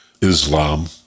Islam